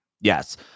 Yes